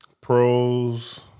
Pros